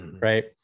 Right